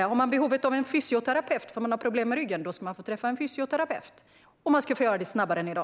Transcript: Om man har behov av att träffa en fysioterapeut, eftersom man har problem med ryggen, ska man få träffa en fysioterapeut. Och man ska få göra det snabbare än i dag.